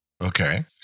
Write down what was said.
Okay